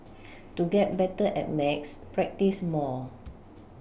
to get better at maths practise more